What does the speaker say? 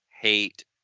hate